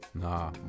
Nah